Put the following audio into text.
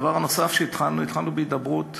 הדבר הנוסף שהתחלנו, התחלנו בהידברות